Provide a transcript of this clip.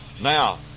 Now